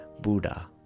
Buddha